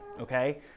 okay